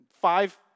five